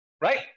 right